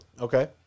Okay